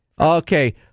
Okay